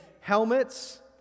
helmets